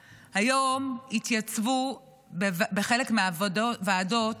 אדוני: היום התייצבו בחלק מהוועדות